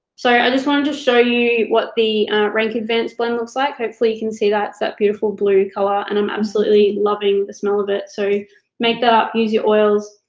so, i just wanted to show you what the rank advance blend looks like. hopefully, you can see that. it's that beautiful blue color, and i'm absolutely loving the smell of it, so make that up. use your oils,